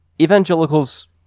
Evangelicals